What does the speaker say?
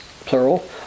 plural